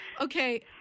Okay